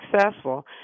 successful